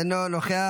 אינו נוכח.